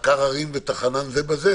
עקר הרים וטחנם זה בזה,